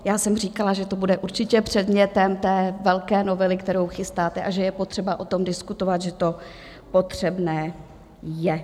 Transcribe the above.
Já jsem říkala, že to bude určitě předmětem té velké novely, kterou chystáte, a že je potřeba o tom diskutovat, že to potřebné je.